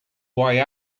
why